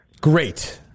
Great